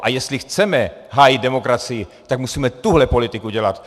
A jestli chceme hájit demokracii, tak musíme tuhle politiku dělat.